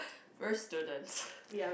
we're students